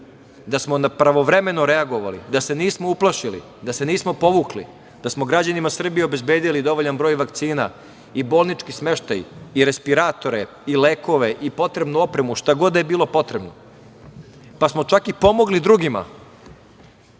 da smo pravovremeno reagovali da se nismo uplašili, da se nismo povukli, da smo građanima Srbije obezbedili dovoljan broj vakcina i bolnički smeštaj, respiratore, lekove, potrebnu opremu, šta god da je bilo potrebno, pa smo čak pomogli i drugima.